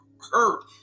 hurt